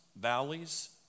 valleys